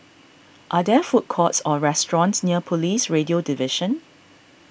are there food courts or restaurants near Police Radio Division